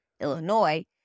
Illinois